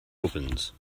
opens